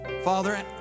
Father